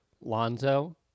Lonzo